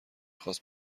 خواست